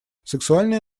сексуальное